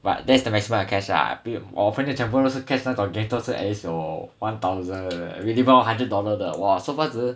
but that's the maximum I cash ah 我朋友全部都是 cash 那种 game 都是 at least 有 one thousand minimum of one hundred dollar 的我 so far 只是